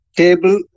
table